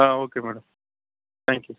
okay madam thank you